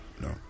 No